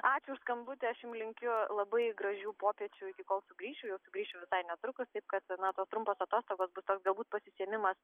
ačiū už skambutį aš jum linkiu labai gražių popiečių iki kol sugrįšiu jau sugrįšiu visai netrukus taip kad na tos trumpos atostogos bus toks galbūt pasisėmimas